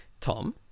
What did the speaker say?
Tom